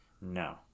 no